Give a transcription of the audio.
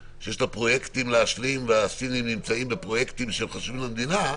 שיש לה פרויקטים להשלים והסינים נמצאים בפרויקטים שהם חשובים למדינה,